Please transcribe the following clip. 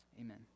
Amen